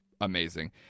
amazing